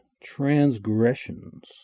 Transgressions